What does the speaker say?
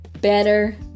Better